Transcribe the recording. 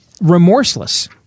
remorseless